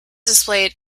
displayed